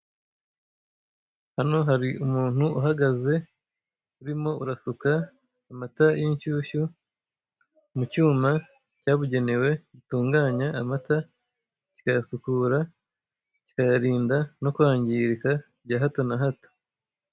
Hano hari umuntu uhagaze urimo urasuka amata y'inshyushyu mu cyuma cyabugenewe gitunganya amata, kikayasukura kikayarinda no kwangirika bya hato na hato.